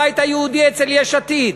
הבית היהודי אצל יש עתיד.